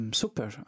super